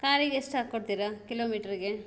ಕಾರಿಗೆ ಎಷ್ಟು ಹಾಕ್ಕೊಡ್ತೀರ ಕಿಲೋಮೀಟ್ರಿಗೆ